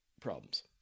problems